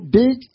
big